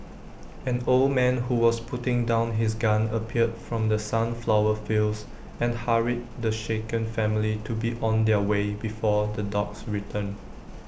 an old man who was putting down his gun appeared from the sunflower fields and hurried the shaken family to be on their way before the dogs return